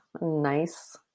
nice